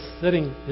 sitting